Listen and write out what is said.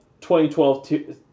2012